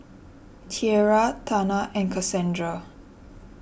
Tiera Tana and Kasandra